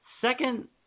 second